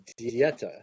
dieta